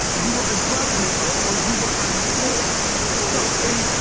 you were a drug dealer or you were unemployed and you were always straight